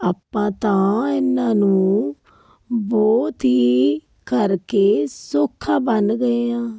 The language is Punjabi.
ਆਪਾਂ ਤਾਂ ਇਹਨਾਂ ਨੂੰ ਬਹੁਤ ਹੀ ਕਰਕੇ ਸੌਖਾ ਬਣ ਗਏ ਹਾਂ